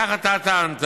כך אתה טענת.